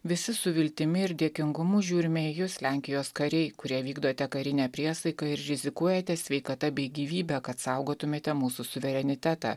visi su viltimi ir dėkingumu žiūrime į jus lenkijos kariai kurie vykdote karinę priesaiką ir rizikuojate sveikata bei gyvybe kad saugotumėte mūsų suverenitetą